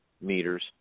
meters